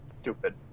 Stupid